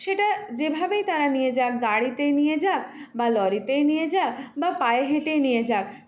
সেটা যেভাবেই তারা নিয়ে যাক গাড়িতেই নিয়ে যাক বা লরিতেই নিয়ে যাক বা পায়ে হেঁটেই নিয়ে যাক